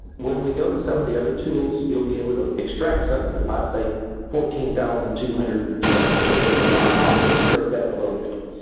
when we go to some of the other tools, you'll be able to extract something that might say fourteen thousand two hundred and twelve. so, anyway, i'll demonstrate in a little bit.